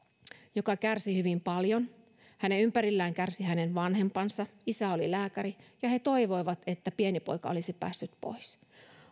joka kärsi hyvin paljon hänen ympärillään kärsivät hänen vanhempansa isä oli lääkäri ja he toivoivat että pieni poika olisi päässyt pois